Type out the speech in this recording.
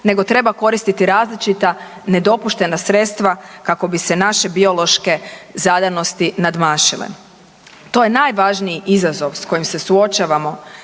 nego treba koristiti različita nedopuštena sredstva kako bi se naše biološke zadanosti nadmašile. To je najvažniji izazov s kojim se suočavamo